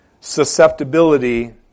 susceptibility